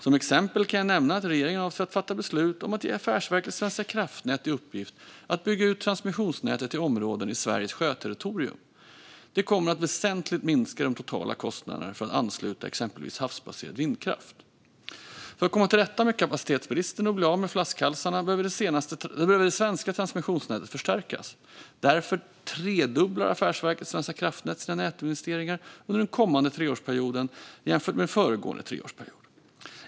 Som exempel kan jag nämna att regeringen avser att fatta beslut om att ge Affärsverket svenska kraftnät i uppgift att bygga ut transmissionsnätet till områden i Sveriges sjöterritorium. Det kommer att väsentligt minska de totala kostnaderna för att ansluta exempelvis havsbaserad vindkraft. För att komma till rätta med kapacitetsbristen och bli av med flaskhalsarna behöver det svenska transmissionsnätet förstärkas. Därför tredubblar Affärsverket svenska kraftnät sina nätinvesteringar under den kommande treårsperioden jämfört med föregående treårsperiod.